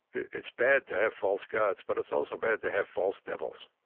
it's bad to have false gods, but it's also bad to have false devils